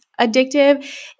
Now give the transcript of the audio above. addictive